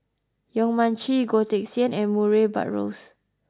Yong Mun Chee Goh Teck Sian and Murray Buttrose